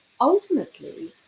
Ultimately